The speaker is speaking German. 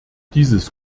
dieses